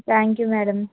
thank you madam